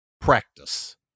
practice